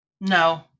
No